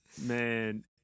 Man